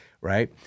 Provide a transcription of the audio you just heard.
right